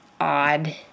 odd